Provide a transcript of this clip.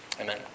Amen